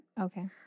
Okay